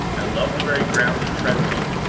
i love the very ground he treads on!